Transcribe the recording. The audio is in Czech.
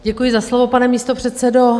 Děkuji za slovo, pane místopředsedo.